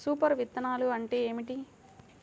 Super విత్తనాలు అంటే ఏమిటి?